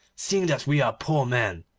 seeing that we are poor men,